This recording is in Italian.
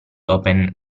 open